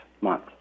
month